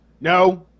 No